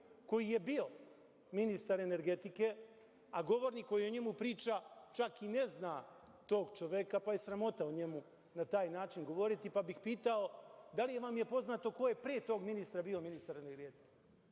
koji je bio ministar energetike, a govornik koji o njemu priča čak i ne zna tog čoveka, pa je sramota o njemu na taj način govoriti. Pitao bih da li vam je poznato ko je pre tog ministra bio ministar energetike?